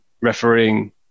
refereeing